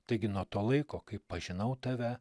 taigi nuo to laiko kai pažinau tave